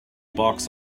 box